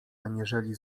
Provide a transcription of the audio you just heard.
aniżeli